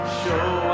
show